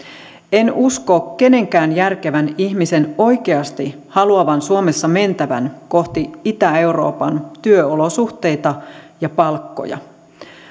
en usko kenenkään järkevän ihmisen oikeasti haluavan suomessa mentävän kohti itä euroopan työolosuhteita ja palkkoja